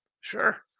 Sure